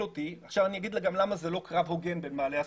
אני אומר גם למה זה לא קרב הוגן בין בעלי העסקים.